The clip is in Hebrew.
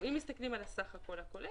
אם מסתכלים על הסך הכול הכולל,